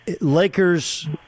Lakers